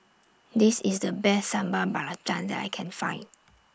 This IS The Best Sambal Belacan that I Can Find